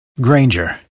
Granger